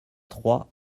trois